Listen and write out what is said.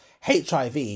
hiv